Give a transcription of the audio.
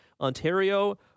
ontario